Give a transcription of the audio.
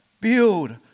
Build